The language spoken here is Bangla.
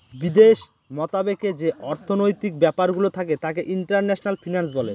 বিদেশ মতাবেকে যে অর্থনৈতিক ব্যাপারগুলো থাকে তাকে ইন্টারন্যাশনাল ফিন্যান্স বলে